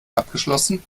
abgeschlossen